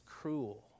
cruel